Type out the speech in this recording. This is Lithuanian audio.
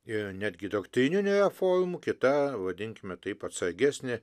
ir netgi doktrininėje formų kita vadinkime taip atsargesnė